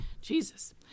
Jesus